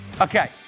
Okay